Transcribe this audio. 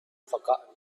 forgotten